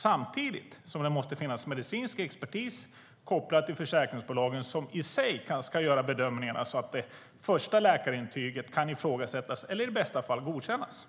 Samtidigt måste det finnas medicinsk expertis kopplad till försäkringsbolagen som i sig ska göra bedömningarna så att det första läkarintyget kan ifrågasättas eller i bästa fall godkännas.